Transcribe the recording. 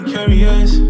Curious